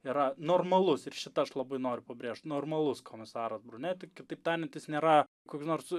yra normalus ir šitą aš labai noriu pabrėžt normalus komisaras bruneti kitaip tariant jis nėra koks nors